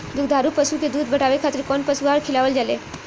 दुग्धारू पशु के दुध बढ़ावे खातिर कौन पशु आहार खिलावल जाले?